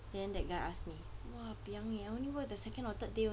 then that guy ask me !wah! piang eh I only worked the second or third day only